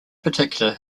particular